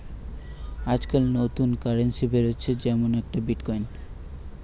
আজকাল নতুন কারেন্সি বেরাচ্ছে যেমন একটা বিটকয়েন